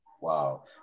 wow